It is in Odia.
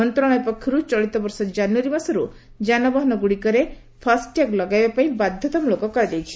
ମନ୍ତ୍ରଣାଳୟ ପକ୍ଷରୁ ଚଳିତ ବର୍ଷ ଜାନୁୟାରୀ ମାସରୁ ଯାନବାହନଗୁଡ଼ିକରେ ଫାସ୍ଟ୍ୟାଗ୍ ଲଗାଇବାପାଇଁ ବାଧ୍ୟତାମଳକ କରାଯାଇଛି